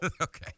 Okay